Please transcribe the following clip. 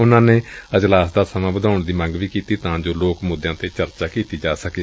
ਉਨੁਾਂ ਨੇ ਅਜਲਾਸ ਦਾ ਸਮਾਂ ਵਧਾਉਣ ਦੀ ਮੰਗ ਵੀ ਕੀਤੀ ਤਾਂ ਜੋ ਲੋਕ ਮੁੱਦਿਆਂ ਤੇ ਚਰਚਾ ਕੀਤੀ ਜਾ ਸਕੇ